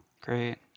Great